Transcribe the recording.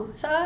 sa